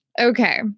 okay